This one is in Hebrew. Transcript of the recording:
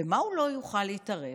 במה הוא לא יוכל להתערב?